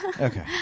Okay